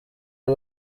lil